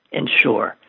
ensure